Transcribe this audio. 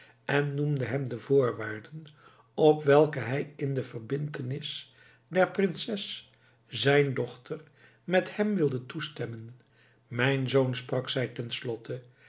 en noemde hem de voorwaarden op welke hij in de verbintenis der prinses zijn dochter met hem wilde toestemmen mijn zoon sprak zij